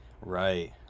Right